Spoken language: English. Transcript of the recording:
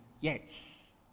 yes